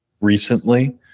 Recently